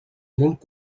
molt